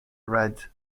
red